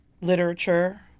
literature